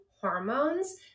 hormones